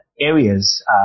areas